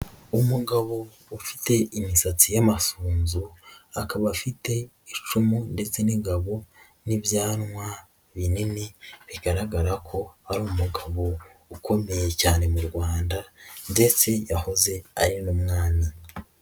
Umugabo ufite imisati y'amasunzu akaba afite icumu ndetse n'ingabo n'ibyanwa binini bigaragara ko ari umugabo ukomeye cyane mu Rwanda ndetse yahoze ari n'umwami.